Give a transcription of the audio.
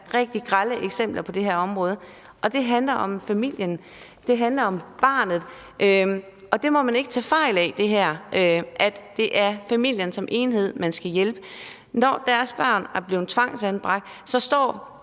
rigtig grelle eksempler på det her område, og det handler om familien, det handler om barnet, og det her må man ikke tage fejl af: Det er familien som enhed, man skal hjælpe. Når deres barn er blevet tvangsanbragt, står